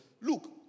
Look